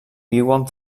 viuen